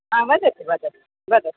हा वदतु वदतु वदतु